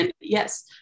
yes